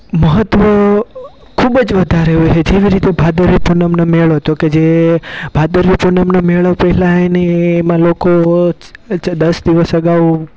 મહત્ત્વ ખૂબ જ વધારે હોય છે જેવી રીતે ભાદરવી પુનમનો મેળો તો કે જે ભાદરવી પુનમનો મેળો પહેલાં એની માં લોકો જે દસ દિવસ અગાઉ